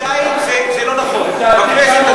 בינתיים זה לא נכון, זה לא נכון.